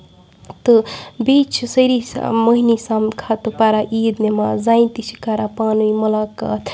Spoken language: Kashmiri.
تہٕ بیٚیہِ چھِ سٲری مہنی سَمکھان تہٕ پَران عیٖد نیٚماز زَنہِ تہِ چھِ کران پانہٕ وانۍ مُلاقات